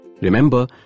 Remember